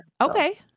Okay